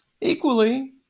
Equally